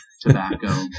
tobacco